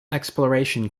exploration